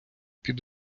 під